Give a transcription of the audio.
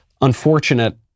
unfortunate